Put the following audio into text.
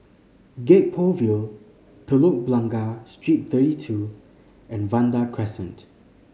Gek Poh Ville Telok Blangah Street Thirty Two and Vanda Crescent